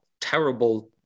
terrible